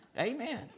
Amen